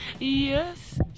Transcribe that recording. Yes